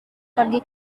pergi